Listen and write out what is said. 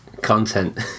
content